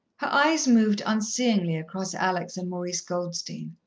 her eyes moved unseeingly across alex and maurice goldstein.